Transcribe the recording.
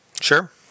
Sure